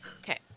Okay